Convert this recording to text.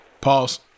Pause